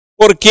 Porque